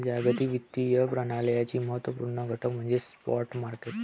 जागतिक वित्तीय प्रणालीचा महत्त्व पूर्ण घटक म्हणजे स्पॉट मार्केट